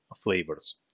flavors